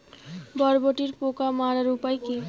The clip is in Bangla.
বরবটির পোকা মারার উপায় কি?